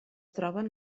troben